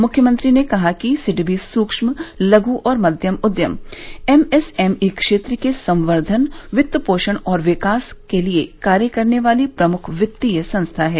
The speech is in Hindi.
मुख्यमंत्री ने कहा कि सिडबी सूक्ष्म लघु और मध्यम उद्यम एमएसएमई क्षेत्र के संवर्धन वित्त पोषण और विकास के लिये कार्य करने वाली प्रमुख वित्तीय संस्था है